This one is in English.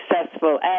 successful